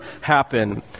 happen